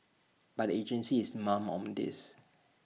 but the agency is mum on this